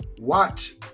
watch